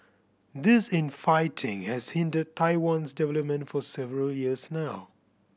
this infighting has hindered Taiwan's development for several years now